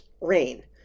rain